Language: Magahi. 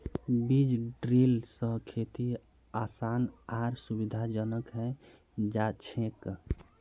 बीज ड्रिल स खेती आसान आर सुविधाजनक हैं जाछेक